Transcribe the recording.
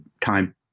time